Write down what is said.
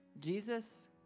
Jesus